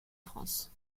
france